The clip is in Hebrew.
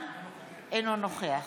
אינו נוכח